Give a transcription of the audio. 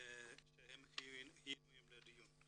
שהם חיוניים לדעתי לדיון.